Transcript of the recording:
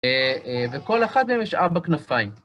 וכל אחד מהם יש ארבע כנפיים.